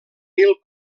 mil